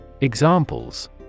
Examples